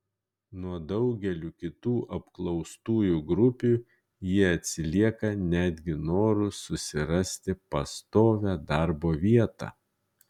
nuo daugelių kitų apklaustųjų grupių jie atsilieka netgi noru susirasti pastovią darbo vietą